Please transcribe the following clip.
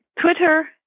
twitter